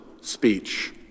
speech